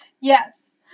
Yes